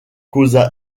causa